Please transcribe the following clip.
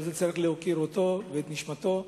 על זה צריך להוקיר אותו ואת נשמתו,